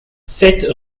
sept